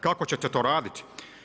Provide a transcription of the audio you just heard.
Kako ćete to raditi?